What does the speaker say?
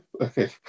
Okay